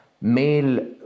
male